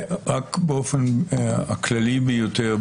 רק באופן הכללי ביותר,